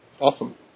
Awesome